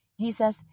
Jesus